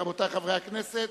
רבותי חברי הכנסת,